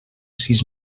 sis